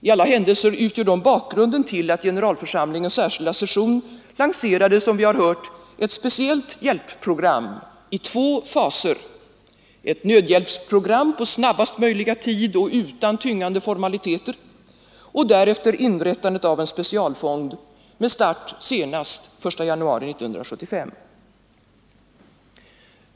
I alla händelser utgör de bakgrunden till att generalförsamlingens särskilda session lanserade, som vi har hört, ett speciellt hjälpprogram i två faser, ett nödhjälpsprogram på kortaste möjliga tid och utan tyngande formaliteter, och därefter inrättandet av en specialfond med start senast den 1 januari 1975.